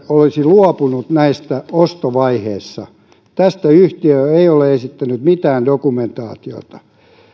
olisi luopunut näistä ostovaiheessa tästä yhtiö ei ole esittänyt mitään dokumentaatiota